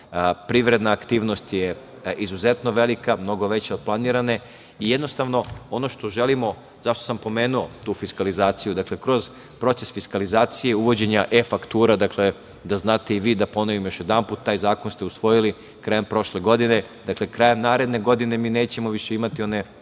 privredna aktivnost je izuzetno velika, mnogo veća od planirane. Jednostavno, ono što želimo, zašto sam pomenu tu fiskalizaciju, dakle kroz proces fiskalizacije, uvođenja e-faktura, da znate i vi, da ponovim još jedanput, taj zakon ste usvojili krajem prošle godine, dakle, krajem naredne godine mi nećemo više imati one